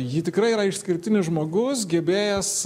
ji tikrai yra išskirtinis žmogus gebėjęs